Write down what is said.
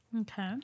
Okay